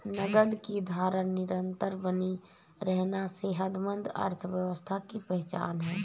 नकद की धारा निरंतर बनी रहना सेहतमंद अर्थव्यवस्था की पहचान है